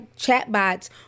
chatbots